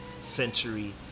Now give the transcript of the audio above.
Century